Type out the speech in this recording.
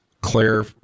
Claire